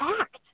act